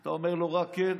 אתה אומר לו רק כן,